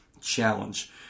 challenge